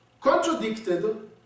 contradicted